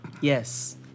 Yes